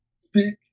speak